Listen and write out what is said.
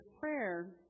prayer